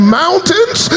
mountains